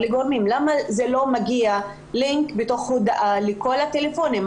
למה זה לא מגיע כלינק בתוך הודעה לכל הטלפונים,